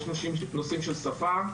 יש נושאים של שפה.